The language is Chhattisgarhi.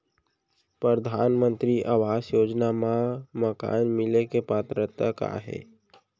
परधानमंतरी आवास योजना मा मकान मिले के पात्रता का हे?